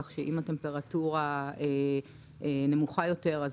כך שאם הטמפרטורה נמוכה יותר,